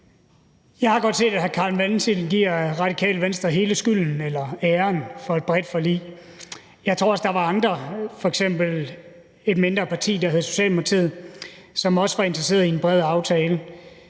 Jeg har godt set, at hr. Carl Valentin giver Radikale Venstre hele skylden eller æren for et bredt forlig. Jeg tror, at der var andre, f.eks. et mindre parti, der hedder Socialdemokratiet, som også var interesseret i en bred aftale.